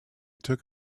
took